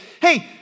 hey